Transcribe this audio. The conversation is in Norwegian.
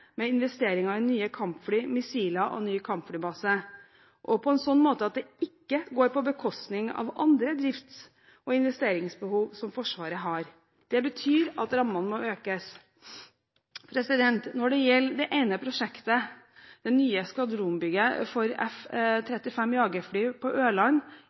med investeringer i nye kampfly, i missiler og i ny kampflybase – på en slik måte at det ikke går på bekostning av andre drifts- og investeringsbehov som Forsvaret har. Det betyr at rammene må økes. Når det gjelder det ene prosjektet, etablering av det nye skvadronsbygget for F-35 jagerfly på Ørland